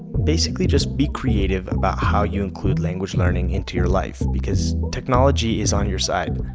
basically just be creative about how you include language learning into your life, because technology is on your side.